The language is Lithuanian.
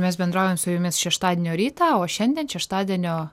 mes bendraujam su jumis šeštadienio rytą o šiandien šeštadienio